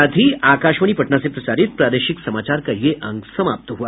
इसके साथ ही आकाशवाणी पटना से प्रसारित प्रादेशिक समाचार का ये अंक समाप्त हुआ